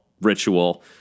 ritual